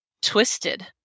twisted